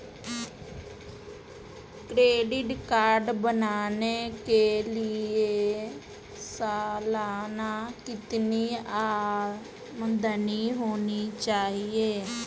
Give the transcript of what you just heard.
Credit card बनाने के लिए सालाना कितनी आमदनी होनी चाहिए?